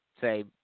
say